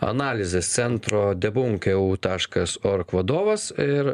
analizės centro debunk eu taškas org vadovas ir